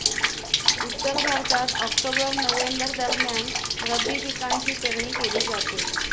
उत्तर भारतात October November दरम्यान रब्बी पिकांची पेरणी केली जाते